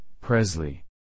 Presley